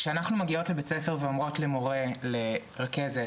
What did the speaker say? כאשר אנחנו מגיעות לבית ספר ואומרות למורה, רכזת,